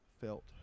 felt